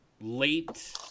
late